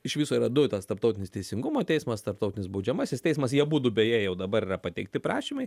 iš viso yra du tas tarptautinis teisingumo teismas tarptautinis baudžiamasis teismas jie abudu beje jau dabar yra pateikti prašymai